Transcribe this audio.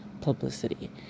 publicity